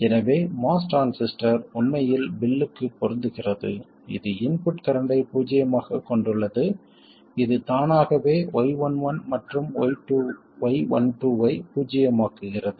எனவே MOS transistor உண்மையில் பில்லுக்கு பொருந்துகிறது இது இன்புட் கரண்ட்டை பூஜ்ஜியமாக கொண்டுள்ளது இது தானாகவே y11 மற்றும் y12 ஐ பூஜ்ஜியமாக்குகிறது